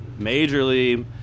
majorly